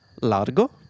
largo